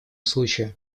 случае